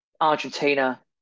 Argentina